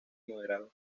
moderado